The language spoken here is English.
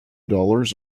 dollars